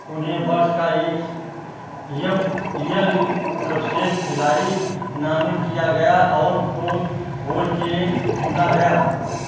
उन्हें वर्ष का एक यफ यल सर्वश्रेष्ठ खिलाड़ी नामित किया गया और प्रो बोल के चुना गया